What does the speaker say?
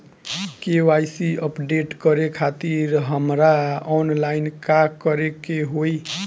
KYC update करे खातिर हमरा ऑनलाइन का करे के होई?